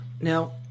Now